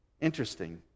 Interesting